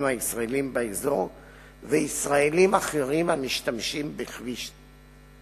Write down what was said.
הישראליים באזור וישראלים אחרים המשתמשים בכביש.